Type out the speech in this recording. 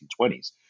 1920s